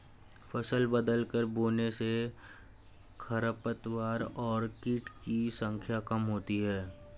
फसल बदलकर बोने से खरपतवार और कीट की संख्या कम होती है